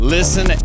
Listen